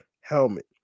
helmet